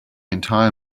entire